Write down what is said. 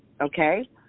Okay